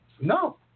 No